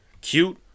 Cute